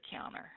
counter